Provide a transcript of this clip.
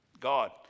God